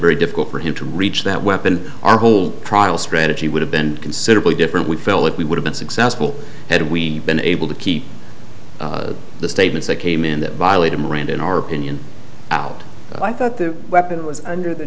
very difficult for him to reach that weapon our whole trial strategy would have been considerably different we felt that we would have been successful had we been able to keep the statements that came in that violated miranda in our opinion out i thought the weapon was under the